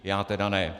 Já teda ne.